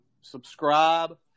subscribe